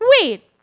Wait